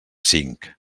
cinc